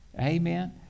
Amen